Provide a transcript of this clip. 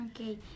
Okay